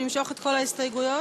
נמשוך את כל ההסתייגויות?